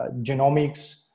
genomics